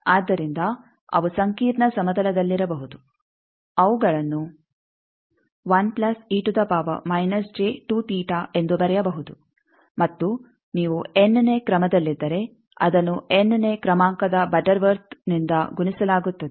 ಆದ್ದರಿಂದ ಅವು ಸಂಕೀರ್ಣ ಸಮತಲದಲ್ಲಿರಬಹುದು ಅವುಗಳನ್ನು ಎಂದು ಬರೆಯಬಹುದು ಮತ್ತು ನೀವು ಎನ್ನೇ ಕ್ರಮದಲ್ಲಿದ್ದರೆ ಅದನ್ನು ಎನ್ನೇ ಕ್ರಮಾಂಕದ ಬಟರ್ ವರ್ತ್ನಿಂದ ಗುಣಿಸಲಾಗುತ್ತದೆ